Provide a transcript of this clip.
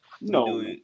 No